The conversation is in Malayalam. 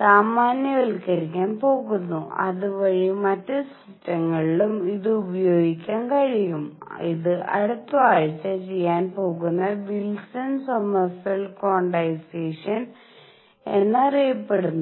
സാമാന്യവൽക്കരിക്കാൻ പോകുന്നു അതുവഴി മറ്റ് സിസ്റ്റങ്ങളിലും ഇത് പ്രയോഗിക്കാൻ കഴിയും ഇത് അടുത്ത ആഴ്ച ചെയ്യാൻ പോകുന്ന വിൽസൺ സോമർഫെൽഡ് ക്വാണ്ടൈസേഷൻ എന്നറിയപ്പെടുന്നു